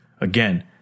Again